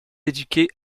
éduqué